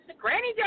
Granny